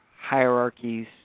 hierarchies